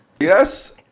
Yes